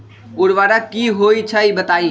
उर्वरक की होई छई बताई?